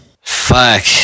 Fuck